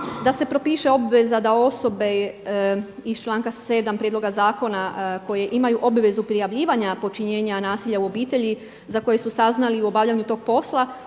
da se propiše obveza da osobe iz članka 7. prijedloga zakona koje imaju obvezu prijavljivanja počinjena nasilja u obitelji za koje su saznali u obavljanju tog posla